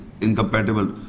incompatible